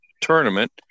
tournament